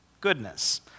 goodness